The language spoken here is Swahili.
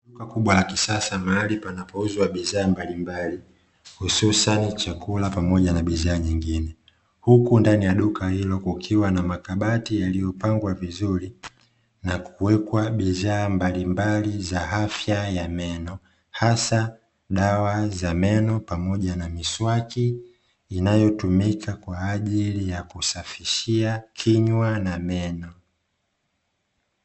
Duka kubwa la kisasa mahali panapouzwa bidhaa mbalimbali, hususan chakula pamoja na bidhaa nyingine. Huku ndani ya duka hilo kukiwa na makabati yaliyopangwa vizuri, na kuwekwa bidhaa mbalimbali za afya ya meno, hasa dawa za meno pamoja na miswaki inayotumika kwa ajili ya kusafishia kinywa na meno.